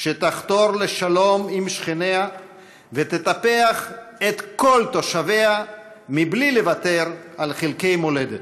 שתחתור לשלום עם שכניה ותטפח את כל תושביה מבלי לוותר על חלקי מולדת.